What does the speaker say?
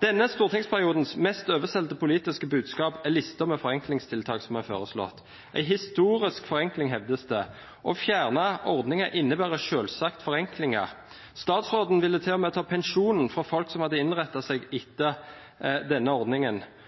Denne stortingsperiodens mest oversolgte politiske budskap er listen med forenklingstiltak som er foreslått. En historisk forenkling, hevdes det. Å fjerne ordninger innebærer selvsagt forenklinger. Statsråden ville til og med ta pensjonen fra folk som hadde innrettet seg etter denne ordningen,